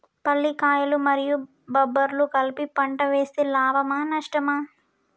పల్లికాయలు మరియు బబ్బర్లు కలిపి పంట వేస్తే లాభమా? నష్టమా?